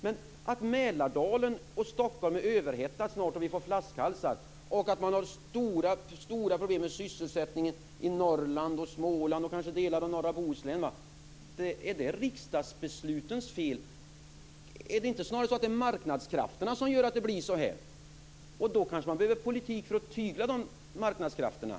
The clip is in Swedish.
Men är det riksdagsbeslutens fel att Mälardalen och Stockholm snart är överhettade, att vi får flaskhalsar och att det finns stora problem med sysselsättningen i Norrland, Småland och kanske delar av norra Bohuslän? Är det inte snarare marknadskrafterna som gör att det blir så här? Då kanske man behöver en politik för att tygla de marknadskrafterna.